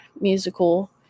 musical